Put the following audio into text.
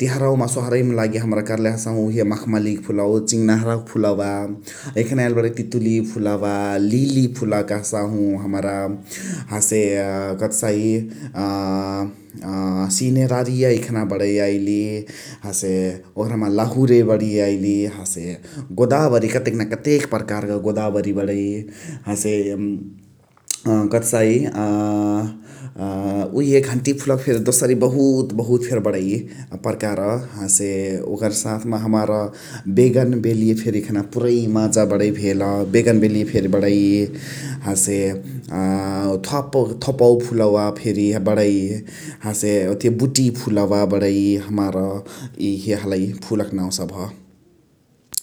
तिहारआवके सोहरैमा लागी कर्ले हसहु उहे मखमलिया फुलवा अ उअ चिङनहरावक फुलवा । एखाने यालिली बणै तितुलिया फुलवा, लिली फुला कहसाहु हमरा । अ हसे कथकहसाइ अ सिनेरारिया एखाने बणै याइली । हसे ओकरमा लाहुरे बणिय याइली । हसे गोदावेरए कतेन कतेक प्रकारक गोदावरी बणै । हसे अ कथकहसाइ उहे घन्टी फुलवा फेरी दोसारी बहुत बहुत बणै परकार । हसे ओकर साथ मा हमार बेगन बेलिया फेन एखाने पुरै माजा बणै भेल बेगन बेलिया फेरी बणै । हसे अ थोपवा फुलवा फेरी बणै हसे ओथिया बुटी फुलवा बणै हमार । इहे हलइ फुलक नाउ सबह ।